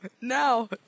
now